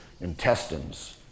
intestines